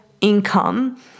income